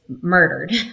murdered